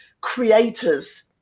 creators